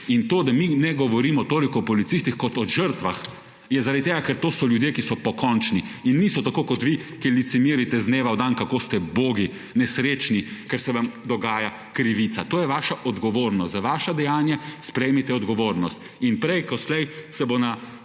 in to, da mi ne govorimo toliko o policistih, kot o žrtvah, je zaradi tega, ker to so ljudje, ki so pokončni in niso tako kot vi, ki »lecimirite« iz dneva v dan, kako ste ubogi, nesrečni, ker se vam dogaja krivica. To je vaša odgovornost. Za vaša dejanja sprejmite odgovornost in prej ko slej se bo na